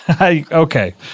Okay